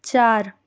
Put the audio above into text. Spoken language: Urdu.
چار